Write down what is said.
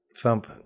Thump